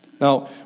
Now